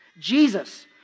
Jesus